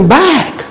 back